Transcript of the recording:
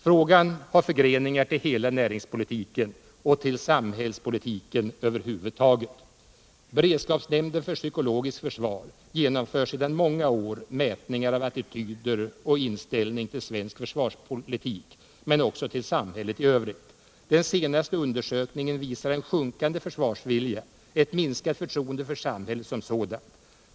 Frågan har förgreningar till hela näringspolitiken och till samhällspolitiken över huvud taget. Beredskapsnämnden för psykologiskt försvar genomför sedan många år mätningar av attityder och inställning till svensk försvarspolitik men också 131 till samhället i övrigt. Den senaste undersökningen visar en sjunkande försvarsvilja och ett minskat förtroende för samhället som sådant.